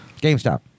GameStop